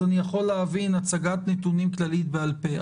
אז אני יכול להבין הצגת נתונים כללית בעל פה.